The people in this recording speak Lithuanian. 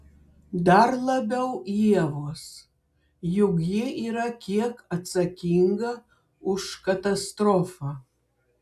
dar labiau ievos juk ji yra kiek atsakinga už katastrofą